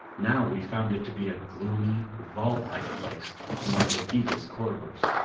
now we found it to be a gloomy, vaultlike place in one of the deepest corridors.